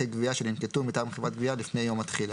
גבייה שננקטו מטעם חברת גבייה לפני יום התחילה.